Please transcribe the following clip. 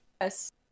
Yes